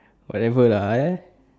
whatever lah